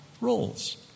roles